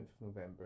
November